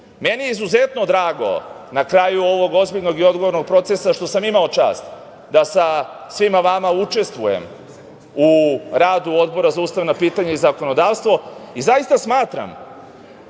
je izuzetno drago na kraju ovog ozbiljnog i odgovornog procesa što sam imao čast da sa svima vama učestvujem u radu Odbora za ustavna pitanja i zakonodavstvo. Zaista smatram